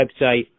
website